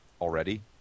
already